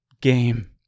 game